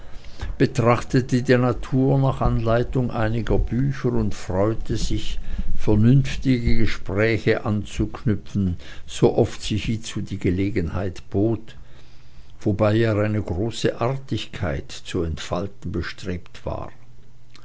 betrachtete die natur nach anleitung einiger bücher und freute sich vernünftige gespräche anzuknüpfen sooft sich hiezu die gelegenheit bot wobei er eine große artigkeit zu entfalten bestrebt war